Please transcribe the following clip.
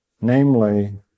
namely